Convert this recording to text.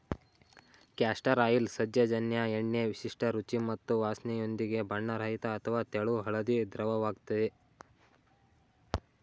castor oil ಸಸ್ಯಜನ್ಯ ಎಣ್ಣೆ ವಿಶಿಷ್ಟ ರುಚಿ ಮತ್ತು ವಾಸ್ನೆಯೊಂದಿಗೆ ಬಣ್ಣರಹಿತ ಅಥವಾ ತೆಳು ಹಳದಿ ದ್ರವವಾಗಯ್ತೆ